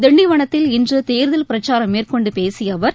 திண்டிவனத்தில் இன்று தேர்தல் பிரச்சாரம் மேற்கொண்டு பேசிய அவர்